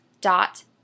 dot